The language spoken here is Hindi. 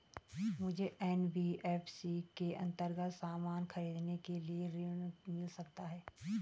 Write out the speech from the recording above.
मुझे एन.बी.एफ.सी के अन्तर्गत सामान खरीदने के लिए ऋण मिल सकता है?